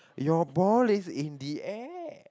your ball is in the air